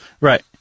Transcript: right